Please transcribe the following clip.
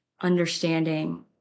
understanding